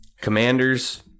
Commanders